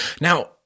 Now